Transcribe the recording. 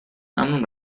ممنون